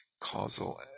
causal